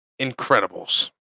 Incredibles